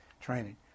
training